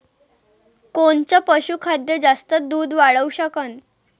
कोनचं पशुखाद्य जास्त दुध वाढवू शकन?